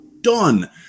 done